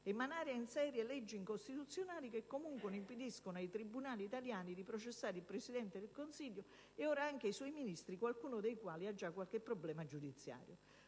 emanare in serie leggi incostituzionali, che comunque impediscano ai tribunali italiani di processare il Presidente del Consiglio (e ora anche i suoi Ministri, qualcuno dei quali ha già qualche problema giudiziario).